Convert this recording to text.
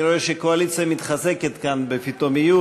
אני רואה שהקואליציה מתחזקת כאן, בפתאומיות.